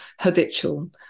habitual